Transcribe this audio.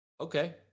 Okay